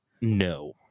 no